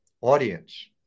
audience